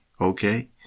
Okay